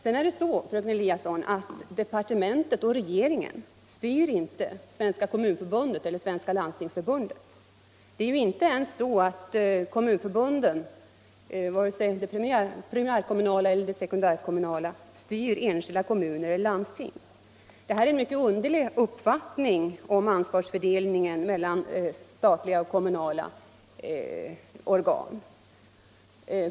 Regeringen och departementet styr emellertid inte Svenska kommunförbundet eller Svenska landstingsförbundet, fröken Eliasson. Det är inte ens så att kommunförbunden, vare sig det primärkommunala eller det sekundärkommunala, styr enskilda kommuner eller landsting. Det är en mycket underlig uppfattning om ansvarsfördelningen mellan statliga och kommunala organ.